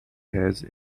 has